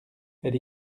elles